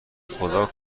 خدا